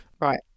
Right